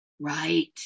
Right